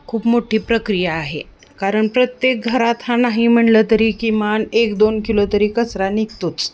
खूप मोठी प्रक्रिया आहे कारण प्रत्येक घरात हा नाही म्हणलं तरी किमान एक दोन किलो तरी कचरा निघतोच